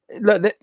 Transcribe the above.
look